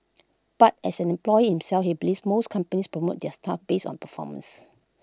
but as an employee himself he believes most companies promote their staff based on performance